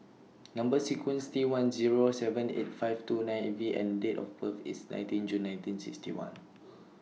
Number sequence IS T one Zero seven eight five two nine V and Date of birth IS nineteen June nineteen sixty one